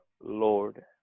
Lord